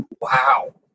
Wow